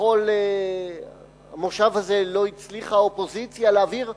בכל המושב הזה לא הצליחה האופוזיציה להעביר,